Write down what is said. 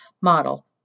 model